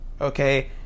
Okay